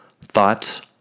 Thoughts